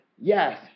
Yes